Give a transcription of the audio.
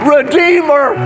Redeemer